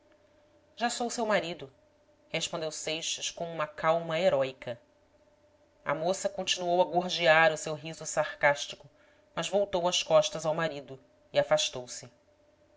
já sou seu marido respondeu seixas com uma calma heróica a moça continuou a gorjear o seu riso sarcástico mas voltou as costas ao marido e afastou-se